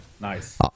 Nice